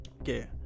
Okay